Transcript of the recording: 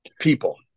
people